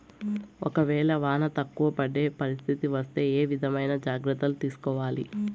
ఒక వేళ వాన తక్కువ పడే పరిస్థితి వస్తే ఏ విధమైన జాగ్రత్తలు తీసుకోవాలి?